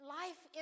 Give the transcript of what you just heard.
life